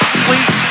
sweet